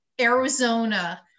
Arizona